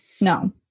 No